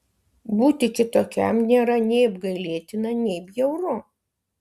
būti kitokiam nėra nei apgailėtina nei bjauru